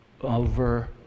over